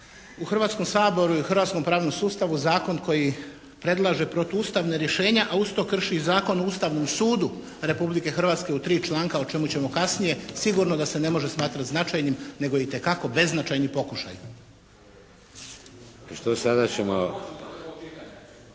U Hrvatskom saboru i u hrvatskom saboru pravnom sustavu zakon koji predlaže protuustavna rješenja, a usto krši i Zakon o Ustavnom sudu Republike Hrvatske u tri članka o čemu ćemo kasnije sigurno da se ne može smatrati značajnim nego itekako beznačajni pokušaj.